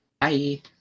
Bye